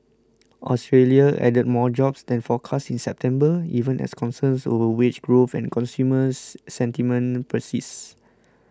Australia added more jobs than forecast in September even as concerns over wage growth and consumer sentiment persists